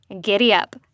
giddy-up